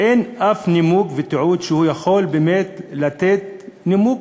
אין אף נימוק שיכול באמת להיות נימוק